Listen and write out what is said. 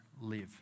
live